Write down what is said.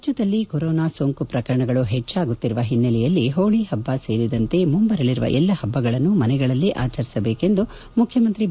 ರಾಜ್ಯದಲ್ಲಿ ಕೊರೋನಾ ಸೋಂಕು ಪ್ರಕರಣಗಳು ಹೆಚ್ಚಾಗುತ್ತಿರುವ ಓನ್ನೆಲೆಯಲ್ಲಿ ಹೋಳಿ ಹಬ್ಬ ಸೇರಿದಂತೆ ಮುಂಬರಲಿರುವ ಎಲ್ಲಾ ಹಬ್ಬಗಳನ್ನು ಮನೆಗಳಲ್ಲೇ ಆಚರಿಸಬೇಕು ಎಂದು ಮುಖ್ಡಮಂತ್ರಿ ಬಿ